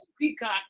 Peacock